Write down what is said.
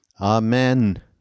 Amen